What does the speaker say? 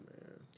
man